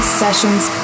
sessions